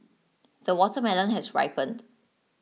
the watermelon has ripened